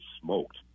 smoked